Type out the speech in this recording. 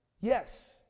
yes